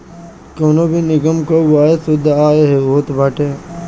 कवनो भी निगम कअ आय शुद्ध आय होत बाटे